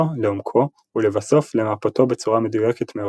לעומקו ולבסוף – למפותו בצורה מדויקת מאוד.